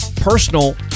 personal